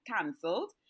cancelled